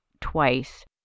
twice